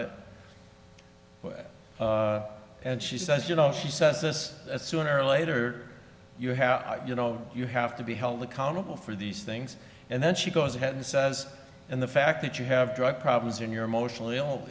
it and she says you know she says that sooner or later you have you know you have to be held accountable for these things and then she goes ahead and says and the fact that you have drug problems in your emotional